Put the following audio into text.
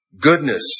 goodness